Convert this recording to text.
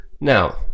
Now